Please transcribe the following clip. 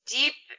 deep